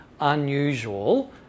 unusual